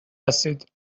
هستید